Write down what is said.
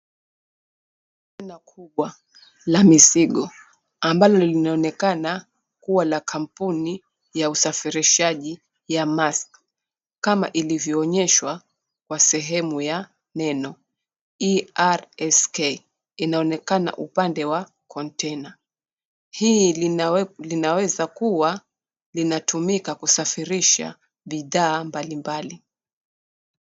Konteina kubwa la mizigo ambalo linaonekana kuwa la kampuni ya usafirishaji ya Maersk kama ilivyoonyeshwa kwa sehemu ya neno ERSK inaonekana upande wa konteina. Hii linaweza kuwa linatumika kusafirisha bidhaa mbalimbali.